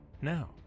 Now